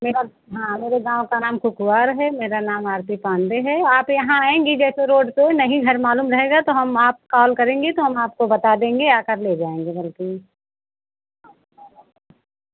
मेरा हँ मेरे गाँव का नाम शिव कुवार है मेरा नाम आर सी पाण्डेय है आप यहाँ आएँगे जैसे रोड पर नहीं घर मालूम रहेगा तो हम आप कॉल करेंगे तो हम आपको बता देंगे आकर ले जाएँगे घर से